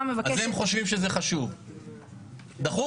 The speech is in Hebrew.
רגע,